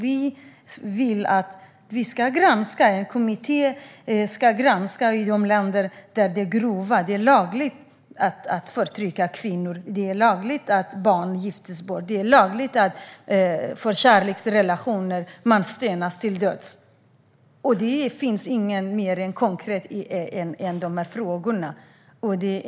Vi vill att en kommitté ska granska de länder där det är lagligt att förtrycka kvinnor, där det är lagligt att barn gifts bort och där det är lagligt att människor stenas till döds för kärleksrelationer. Det finns inget mer konkret än dessa frågor.